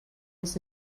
uns